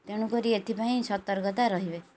ତେଣୁକରି ଏଥିପାଇଁ ସତର୍କତା ରହିବେ